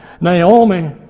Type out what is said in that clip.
Naomi